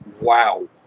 Wow